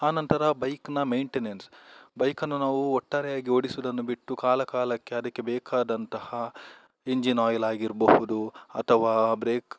ಆನಂತರ ಬೈಕ್ನ ಮೈಂಟೆನನ್ಸ್ ಬೈಕನ್ನು ನಾವು ಒಟ್ಟಾರೆಯಾಗಿ ಓಡಿಸುವುದನ್ನು ಬಿಟ್ಟು ಕಾಲ ಕಾಲಕ್ಕೆ ಅದಕ್ಕೆ ಬೇಕಾದಂತಹ ಇಂಜಿನ್ ಆಯಿಲ್ ಆಗಿರಬಹುದು ಅಥವಾ ಬ್ರೇಕ್